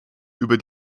über